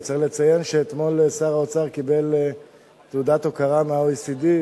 וצריך לציין שאתמול שר האוצר קיבל תעודת הוקרה מה-OECD,